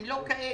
הם לא כאלה.